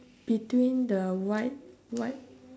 between the white white